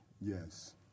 Yes